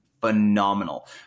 phenomenal